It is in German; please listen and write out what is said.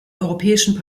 europäischen